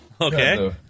Okay